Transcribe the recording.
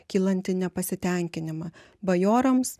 kylantį nepasitenkinimą bajorams